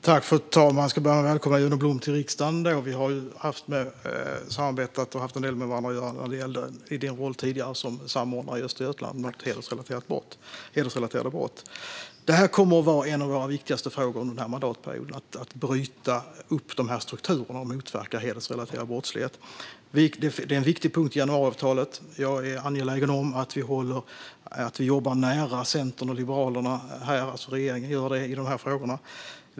Fru talman! Låt mig börja med att välkomna Juno Blom till riksdagen. Vi har ju samarbetat och haft en del med varandra att göra i din tidigare roll som nationell samordnare mot hedersrelaterade brott. En av våra viktigaste frågor under denna mandatperiod kommer att vara att bryta upp dessa strukturer och motverka hedersrelaterad brottslighet. Det är en viktig punkt i januariavtalet, och jag är angelägen om att regeringen jobbar nära Centern och Liberalerna i dessa frågor.